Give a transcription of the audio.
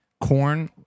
corn